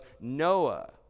Noah